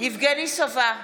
יבגני סובה,